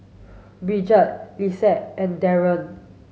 Brigette Lexie and Darrien